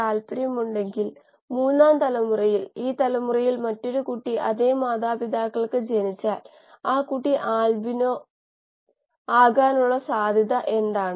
stoichiometry യെക്കുറിച്ചുള്ള പുസ്തകങ്ങളുണ്ട്